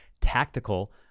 tactical